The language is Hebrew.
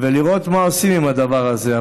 ולראות מה עושים עם הדבר הזה,